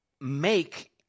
make